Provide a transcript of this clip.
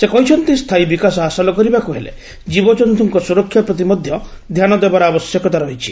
ସେ କହିଛନ୍ତି ସ୍ଥାୟୀ ବିକାଶ ହାସଲ କରିବାକୁ ହେଲେ ଜୀବଜନ୍ତୁଙ୍କ ସୁରକ୍ଷା ପ୍ରତି ମଧ୍ଘ ଧ୍ଘାନ ଦେବାର ଆବଶ୍ୟକତା ରହିଛି